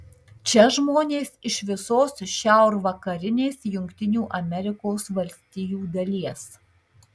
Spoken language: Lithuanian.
čia žmonės iš visos šiaurvakarinės jungtinių amerikos valstijų dalies